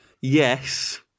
yes